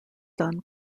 done